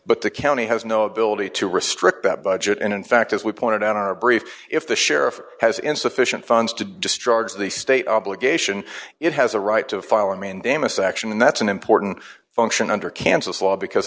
but the county has no ability to restrict that budget and in fact as we pointed out our brief if the sheriff has insufficient funds to destroy the state obligation it has a right to file i mean the amos action and that's an important function under kansas law because